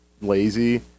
lazy